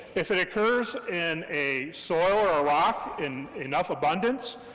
if it occurs in a soil or a rock in enough abundance,